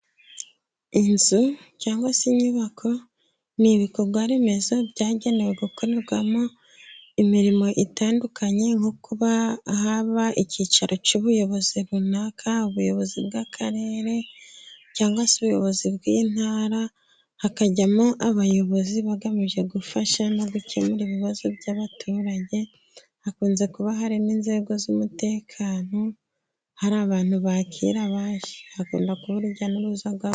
Inzu, cyangwa se inyubako, ni ibikorwaremezo byagenewe gukorerwamo imirimo itandukanye, nko kuba haba icyicaro cy’ubuyobozi runaka, ubuyobozi bw’Akarere cyangwa se ubuyobozi bw’Intara. Hakajyamo abayobozi bagamije gufasha no gukemura ibibazo by’abaturage. Hakunze kuba hari n’inzego z’umutekano. Hari abantu bakira abaje, hakunda kuba urujya n’uruhaga rw’abantu.